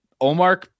Omar